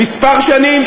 לפני כמה שנים,